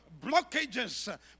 blockages